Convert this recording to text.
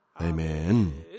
Amen